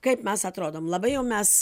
kaip mes atrodom labai jau mes